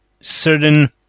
certain